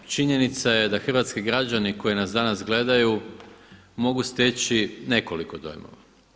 Činjenica je da hrvatski građani koji nas danas gledaju mogu steći nekoliko dojmova.